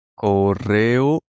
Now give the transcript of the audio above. Correo